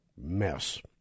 mess